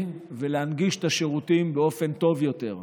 ולהנגיש את השירותים באופן טוב יותר.